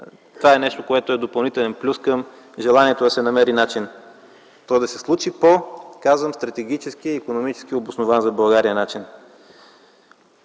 Това е нещо, което е допълнителен плюс към желанието да се намери начин то да се случи по стратегически и икономически обоснован за България начин.